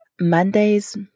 Monday's